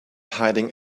hiding